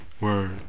Word